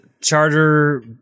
charger